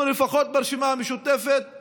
לפחות ברשימה המשותפת,